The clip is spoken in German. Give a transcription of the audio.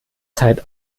zeit